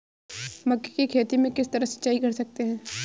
मक्के की खेती में किस तरह सिंचाई कर सकते हैं?